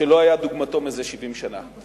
שלא היה דוגמתו זה 70 שנה.